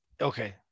okay